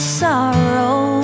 sorrow